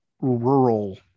rural